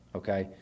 okay